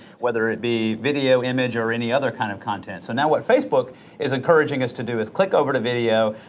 whether it be video, image, or any other kind of content. so now what facebook is encouraging us to do is click over to video,